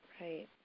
Right